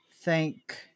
thank